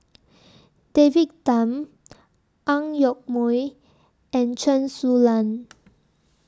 David Tham Ang Yoke Mooi and Chen Su Lan